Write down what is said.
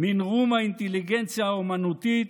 ממרום האינטליגנציה האומנותית,